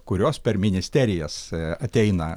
kurios per ministerijas ateina